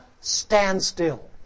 standstill